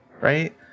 right